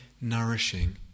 nourishing